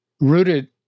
rooted